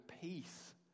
peace